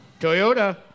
Toyota